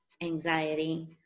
anxiety